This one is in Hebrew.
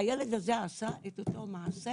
הילד הזה עשה את אותו מעשה